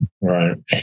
Right